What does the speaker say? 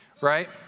right